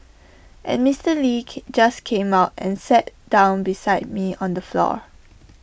and Mister lee just came and sat down beside me on the floor